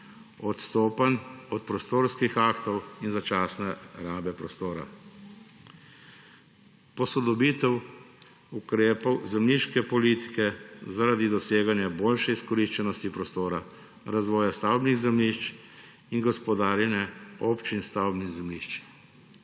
odstopanj od prostorskih aktov in začasne rabe prostora, posodobitev ukrepov zemljiške politike zaradi doseganja boljše izkoriščenosti prostora, razvoja stavbnih zemljišč in gospodarjenje občin stavbnih zemljišč,